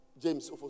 James